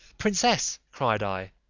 princess, cried i,